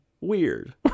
weird